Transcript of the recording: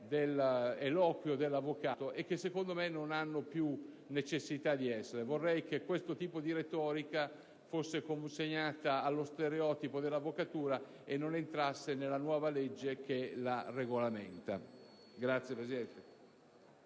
dell'eloquio dell'avvocato e che, secondo me, non hanno più necessità di essere. Vorrei che questo tipo di retorica fosse consegnata allo stereotipo dell'avvocatura e non entrasse nella nuova legge che la regolamenta.